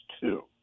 two